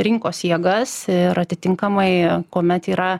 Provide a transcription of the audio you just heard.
rinkos jėgas ir atitinkamai kuomet yra